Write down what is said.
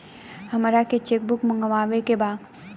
हमारा के cheque book मगावे के बा?